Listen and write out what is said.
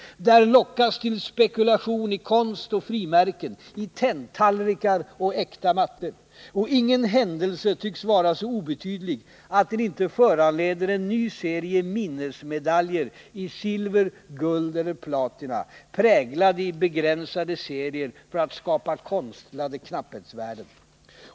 Där lockas till spekulation i konst och frimärken, i tenntallrikar och äkta mattor. Och ingen händelse tycks vara så obetydlig att den inte föranleder en ny serie minnesmedaljer i silver, guld eller platina, präglade i begränsade serier för att skapa konstlade knapphetsvärden.